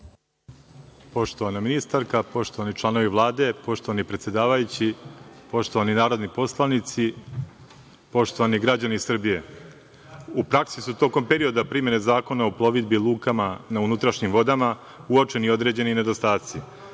Poštovana ministarka, poštovani članovi Vlade, poštovani predsedavajući, poštovani narodni poslanici, poštovani građani Srbije, u praksi su tokom perioda primene Zakona o plovidbi i lukama na unutrašnjim vodama uočeni određeni nedostaci.